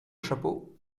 chapeau